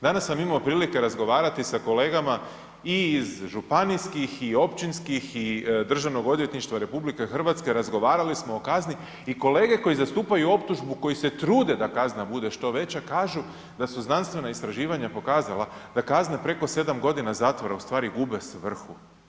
Danas sam imao prilike razgovarati sa kolegama i iz županijskih i općinskih i Državnog odvjetništva RH, razgovarali smo o kazni i kolege koji zastupaju optužbu koji se trude da kazna bude što veća, kažu da su znanstvena istraživanja pokazala da kazne preko 7 godina zatvora u stvari gube svrhu.